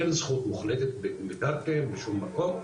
אין זכות מוחלטת במקרקעין בשום מקום,